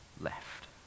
left